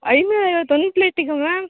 ಐನೂರ ಐವತ್ತು ಒಂದು ಪ್ಲೇಟಿಗಾ ಮ್ಯಾಮ್